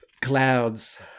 clouds